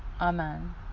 Amen